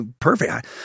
perfect